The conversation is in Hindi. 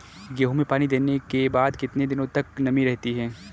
गेहूँ में पानी देने के बाद कितने दिनो तक नमी रहती है?